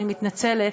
אני מתנצלת,